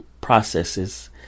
processes